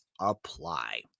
apply